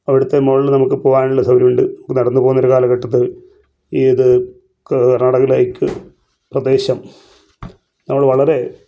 അവിടുത്തെ മുകളിൽ നമുക്ക് പോകാനുള്ള സൗകര്യമുണ്ട് നടന്നു പോകുന്ന ഒരു കാലഘട്ടത്തിൽ ഇത് കർണാടകയിലെ ഹൈക്ക് പ്രദേശം നമ്മള് വളരെ